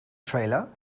trailer